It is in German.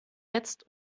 jetzt